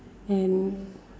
and